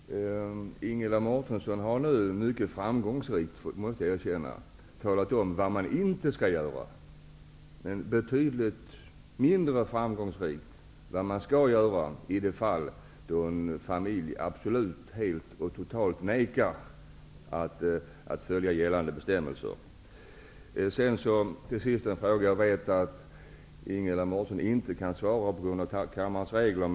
Herr talman! Ingela Mårtensson har nu mycket framgångsrikt talat om vad man inte skall göra, men betydligt mindre framgångsrikt vad man skall göra i det fall en familj helt vägrar att följa gällande bestämmelser. Jag vet att Ingela Mårtensson inte kan svara mig, på grund av kammarens regler.